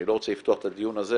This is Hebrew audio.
אני לא רוצה לפתוח את הדיון הזה,